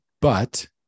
but-